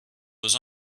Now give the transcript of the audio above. was